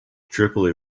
tripoli